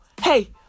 hey